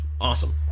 awesome